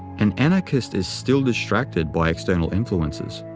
an anarchist is still distracted by external influences.